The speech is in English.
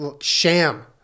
sham